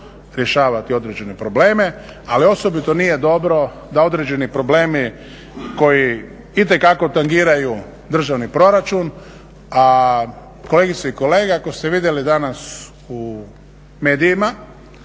rješavati određene probleme. Ali osobito nije dobro da određeni problemi koji itekako tangiraju državni proračun, a kolegice i kolege ako ste vidjeli danas u medijima